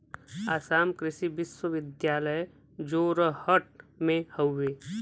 आसाम कृषि विश्वविद्यालय जोरहट में हउवे